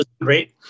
Great